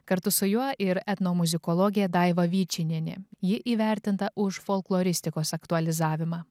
kartu su juo ir etnomuzikologė daiva vyčinienė ji įvertinta už folkloristikos aktualizavimą